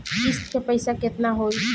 किस्त के पईसा केतना होई?